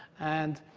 and